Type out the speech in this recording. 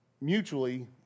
mutually